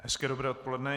Hezké dobré odpoledne.